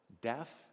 deaf